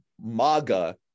MAGA